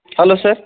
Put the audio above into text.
hello sir